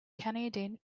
canadian